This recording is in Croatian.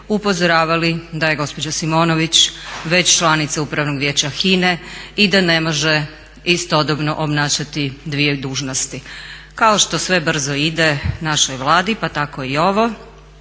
upozoravali da je gospođa Simonović već članica Upravnog vijeća HINA-e i da ne može istodobno obnašati dvije dužnosti. Kao što sve brzo ide našoj Vladi, pa tako i ovo,